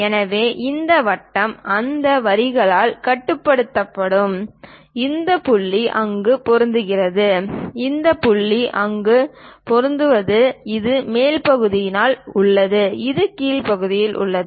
எனவே இந்த வட்டம் இந்த வரிகளால் கட்டுப்படுத்தப்படும் இந்த புள்ளி அங்கு பொருந்துகிறது இந்த புள்ளி அங்கு பொருந்துகிறது இது மேல் பக்கத்தில் உள்ளது இது கீழ் பக்கத்தில் உள்ளது